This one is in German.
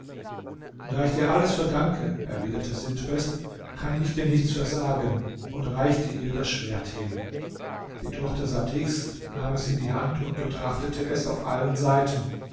da ich dir alles verdanke erwiderte sintbest kann ich dir nichts versagen und reichte ihr das schwert hin die tochter satichs nahm es in die hand und betrachtete es auf allen seiten